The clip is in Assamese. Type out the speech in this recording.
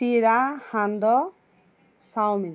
তিৰা সান্দ চাওমিন